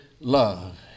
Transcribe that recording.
love